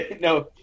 No